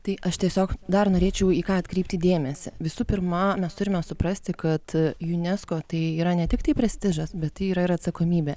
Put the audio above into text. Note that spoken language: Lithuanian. tai aš tiesiog dar norėčiau į ką atkreipti dėmesį visų pirma mes turime suprasti kad unesco tai yra ne tiktai prestižas bet tai yra ir atsakomybė